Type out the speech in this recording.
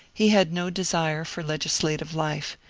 he had no desire for legislative life,